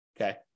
Okay